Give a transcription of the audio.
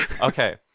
Okay